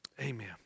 Amen